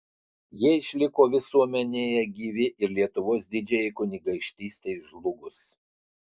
jie išliko visuomenėje gyvi ir lietuvos didžiajai kunigaikštystei žlugus